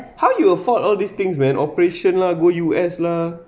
how you afford all these things man operation lah go U_S lah